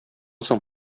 соң